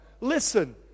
listen